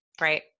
Right